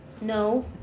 No